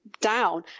down